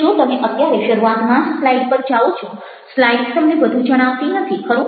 પણ જો તમે અત્યારે શરૂઆતમાં જ સ્લાઇડ પર જાઓ છોસ્લાઇડ તમને વધુ જણાવતી નથીખરું